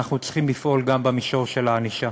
אנחנו צריכים לפעול גם במישור של הענישה.